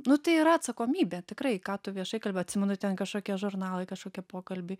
nu tai yra atsakomybė tikrai ką tu viešai kalbi atsimenu ten kažkokie žurnalai kažkokie pokalbiai